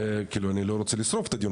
כאילו אני לא רוצה לשרוף את הדיון,